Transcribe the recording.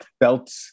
felt